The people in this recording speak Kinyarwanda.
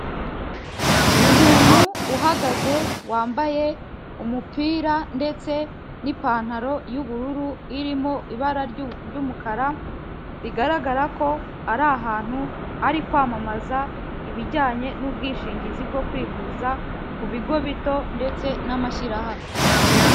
Umuntu uhagaze wambaye umupira ndetse n'ipantaro y'ubururu irimo ibara ry'umukara, bigaragara ko ari ahantu ari kwamamaza ibijyanye n'ubwishingizi bwo kwivuza ku bigo bito ndetse n'amashyirahamwe.